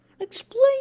Explain